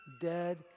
dead